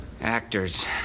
Actors